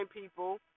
people